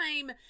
time